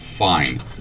fine